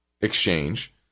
exchange